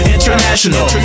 International